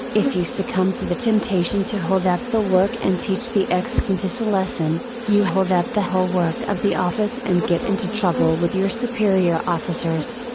if you succumb to the temptation to hold up the work and teach the excountess a lesson, you hold up the whole work of the office and get into trouble with your superior officers.